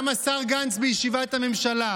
וגם השר גנץ, השר גנץ לא כאן,